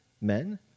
men